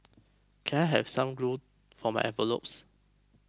can I have some glue for my envelopes